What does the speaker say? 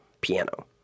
piano